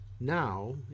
Now